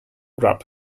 grub